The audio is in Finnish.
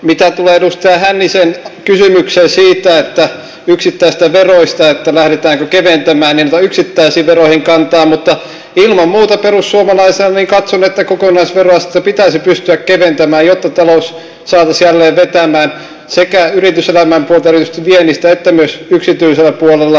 mitä tulee edustaja hännisen kysymykseen yksittäisistä veroista että lähdetäänkö keventämään niin en ota yksittäisiin veroihin kantaa mutta ilman muuta perussuomalaisena katson että kokonaisveroastetta pitäisi pystyä keventämään jotta talous saataisiin jälleen vetämään sekä yrityselämän puolella erityisesti viennissä että myös yksityisellä puolella